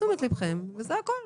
וזה הכול.